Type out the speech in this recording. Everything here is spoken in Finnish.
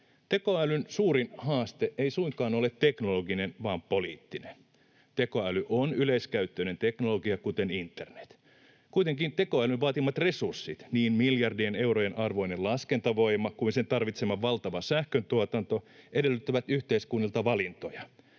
tekoälyn suurin haaste ei suinkaan ole teknologinen vaan poliittinen. Tekoäly on yleiskäyttöinen teknologia kuten internet. Kuitenkin tekoälyn vaatimat resurssit, niin miljardien eurojen arvoinen laskentavoima kuin sen tarvitsema valtava sähköntuotantokin, edellyttävät yhteiskunnilta valintoja.